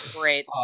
great